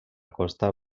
costa